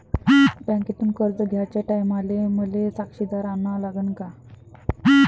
बँकेतून कर्ज घ्याचे टायमाले मले साक्षीदार अन लागन का?